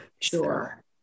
Sure